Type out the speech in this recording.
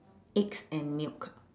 eggs and milk